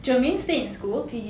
germaine stay in school